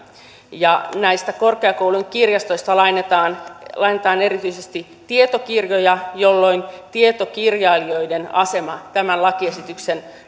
näistä korkeakoulujen kirjastoista lainataan lainataan erityisesti tietokirjoja jolloin tietokirjailijoiden asema tämän lakiesityksen